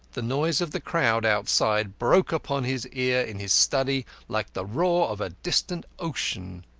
the noise of the crowd outside broke upon his ear in his study like the roar of a distant ocean.